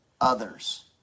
others